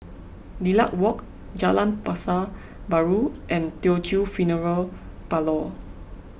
Lilac Walk Jalan Pasar Baru and Teochew Funeral Parlour